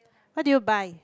what do you buy